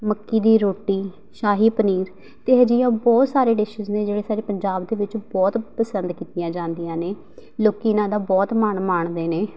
ਮੱਕੀ ਦੀ ਰੋਟੀ ਸ਼ਾਹੀ ਪਨੀਰ ਅਤੇ ਇਹੋ ਜਿਹੇ ਬਹੁਤ ਸਾਰੇ ਡਿਸ਼ਿਜ਼ ਨੇ ਜਿਹੜੇ ਸਾਡੇ ਪੰਜਾਬ ਦੇ ਵਿੱਚ ਬਹੁਤ ਪਸੰਦ ਕੀਤੀਆਂ ਜਾਂਦੀਆਂ ਨੇ ਲੋਕ ਇਹਨਾਂ ਦਾ ਬਹੁਤ ਮਾਣ ਮਾਣਦੇ ਨੇ